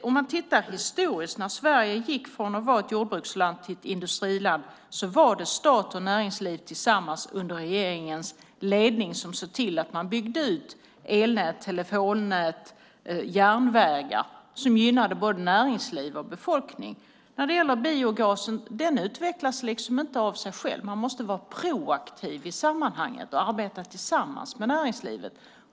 Om man tittar historiskt ser man att det när Sverige gick från att vara ett jordbruksland till att vara ett industriland var stat och näringsliv som tillsammans, under regeringens ledning, byggde ut elnät, telefonnät och järnvägar som gynnade både näringsliv och befolkning. Biogasen utvecklas inte av sig själv, utan man måste vara proaktiv i sammanhanget och arbeta tillsammans med näringslivet.